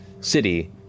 city